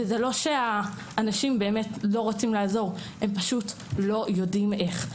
זה לא שהאנשים לא רוצים לעזור, הם לא יודעים איך.